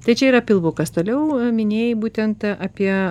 tai čia yra pilvukas toliau minėjai būtent apie